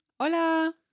Hola